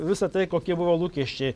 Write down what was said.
visa tai kokie buvo lūkesčiai